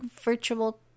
virtual